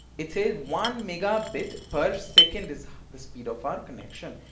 it is one megabit per second is the speed of our connection.